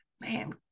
man